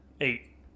Eight